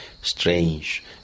strange